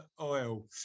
oil